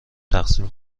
تقسیم